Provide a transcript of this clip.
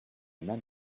main